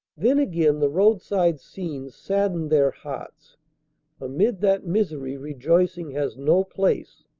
then again the roadside scenes sadden their hearts amid that misery rejoicing has no place.